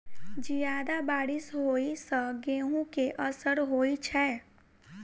जियादा बारिश होइ सऽ गेंहूँ केँ असर होइ छै?